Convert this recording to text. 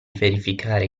verificare